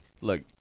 look